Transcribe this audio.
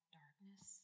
darkness